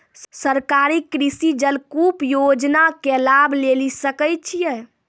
सरकारी कृषि जलकूप योजना के लाभ लेली सकै छिए?